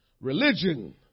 Religion